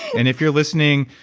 and if you're listening,